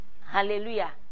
Hallelujah